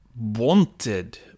wanted